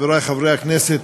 חברי חברי הכנסת,